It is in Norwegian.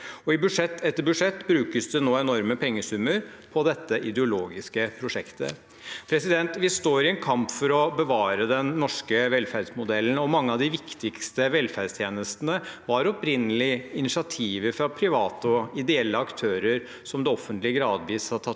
etter budsjett brukes det nå enorme pengesummer på dette ideologiske prosjektet. Vi står i en kamp for å bevare den norske velferdsmodellen. Mange av de viktigste velferdstjenestene var opprinnelig initiativer fra private og ideelle aktører som det offentlige gradvis har tatt